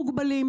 מוגבלים,